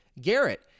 Garrett